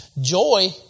Joy